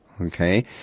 Okay